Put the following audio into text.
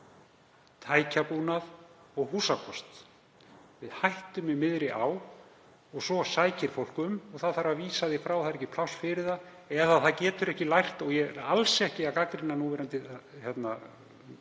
með kennara, tækjabúnað og húsakost. Við hættum í miðri á og svo sækir fólk um og það þarf að vísa því frá. Það er ekki pláss fyrir það eða það getur ekki lært. Ég er alls ekki að gagnrýna núverandi kerfi.